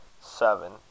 seven